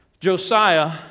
Josiah